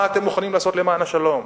מה אתם מוכנים לעשות למען השלום,